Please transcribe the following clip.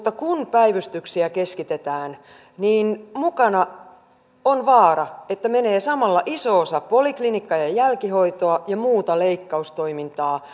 kun päivystyksiä keskitetään niin mukana on vaara että menee samalla iso osa poliklinikka ja ja jälkihoitoa ja muuta leikkaustoimintaa